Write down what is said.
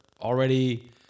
already